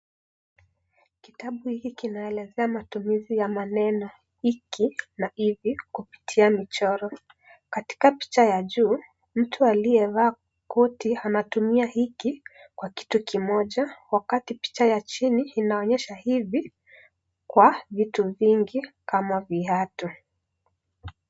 Kitabu hiki kinaelezea matumizi ya maneno. Hiki na hivi, kupitia michoro. Katika picha ya juu, mtu aliyevaa koti, anatumia hiki kwa kitu kimoja wakati picha ya chini inaonyesha hivi kwa vitu vingi kama viatu.